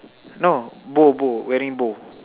no bow bow wedding bow